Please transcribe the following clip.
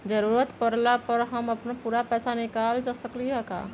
जरूरत परला पर हम अपन पूरा पैसा निकाल सकली ह का?